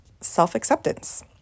self-acceptance